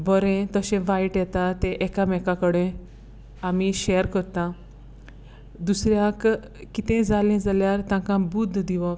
बोरें तशें वायट येता तें एकामेकां कडें आमी शेर कोरता दुसऱ्याक कितेंय जालें जाल्यार तेका बुद्द दिवप हें